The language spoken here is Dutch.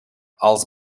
als